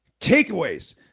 Takeaways